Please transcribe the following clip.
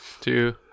Two